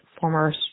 former